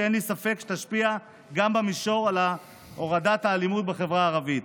שאין לי ספק שתשפיע גם במישור הורדת האלימות בחברה הערבית.